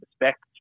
respect